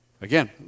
Again